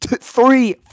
Three